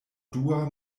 dua